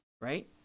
right